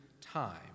time